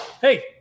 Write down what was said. hey